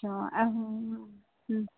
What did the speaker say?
हा ऐं हुन हम्म